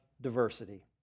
diversity